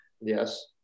yes